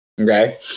okay